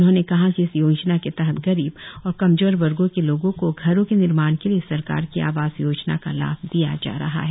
उन्होंने कहा कि इस योजना के तहत गरीब और कमजोर वर्गों के लोगों को घरों के निर्माण के लिए सरकार कि आवास योजना का लाभ दिया जा रहा है